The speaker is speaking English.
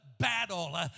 battle